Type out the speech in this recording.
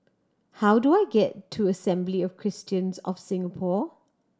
how do I get to Assembly of Christians of Singapore